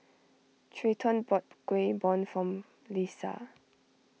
Treyton bought Kueh Bom for Leisa